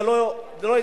זה לא יצלח.